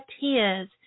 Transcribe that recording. tears